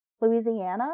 louisiana